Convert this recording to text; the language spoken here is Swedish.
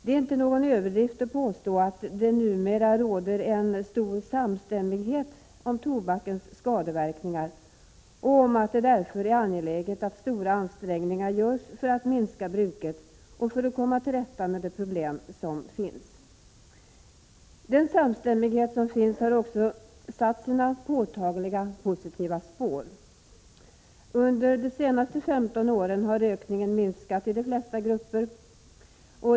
Det är inte någon överdrift att påstå att det numera råder en stor samstämmighet om tobakens skadeverkningar och om att det är angeläget att stora ansträngningar görs för att minska bruket och för att komma till rätta med de problem som finns. Denna samstämmighet har också satt sina påtagliga positiva spår. Under de senaste 15 åren har rökningen minskat i de flesta grupper.